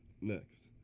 next